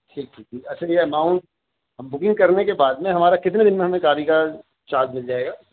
ٹھیک ٹھیک اچھا جی اماؤنٹ ہم بکنگ کرنے کے بعد میں ہمارا کتنے دن میں ہمیں گاڑی کا چارج مل جائے گا